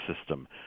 system